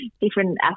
different